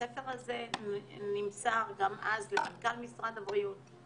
הספר הזה נמסר גם אז למנכ"ל משרד הבריאות,